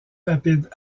rapide